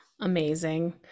amazing